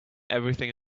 everything